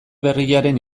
berriaren